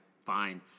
fine